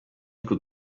utwo